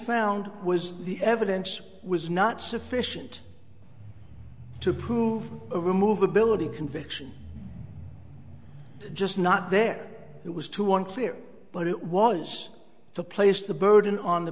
found was the evidence was not sufficient to prove a remove ability conviction just not there was to one clear but it was to place the burden on the